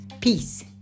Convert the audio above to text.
Peace